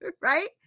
Right